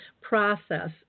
process